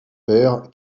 père